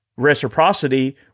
Reciprocity